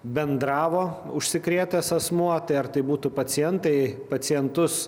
bendravo užsikrėtęs asmuo tai ar tai būtų pacientai pacientus